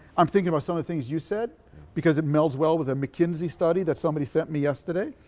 i'm thinking about some of the things you said because it melds well with the mckinsey study that somebody sent me yesterday.